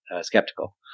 skeptical